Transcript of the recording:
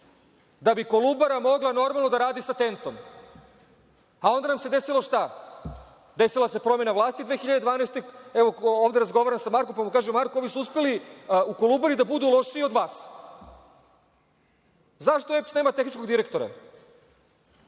da bi „Kolubara“ mogla normalno da radi sa TENT-om. A onda nam se desilo – šta? Desila se promena vlasti 2012. godine. Ovde razgovaram sa Markom, pa mu kažem – Marko, ovi su uspeli u Kolubari da budu lošiji od vas. Zašto EPS nema tehničkog direktora?